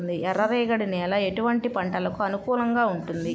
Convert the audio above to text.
ఎర్ర రేగడి నేల ఎటువంటి పంటలకు అనుకూలంగా ఉంటుంది?